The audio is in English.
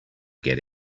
get